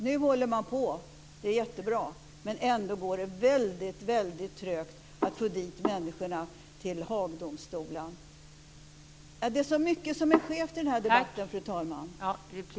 Nu har man kommit i gång, och det är jättebra, men det går väldigt trögt att få de skyldiga till Haagdomstolen. Det är mycket som är skevt i den här debatten, fru talman.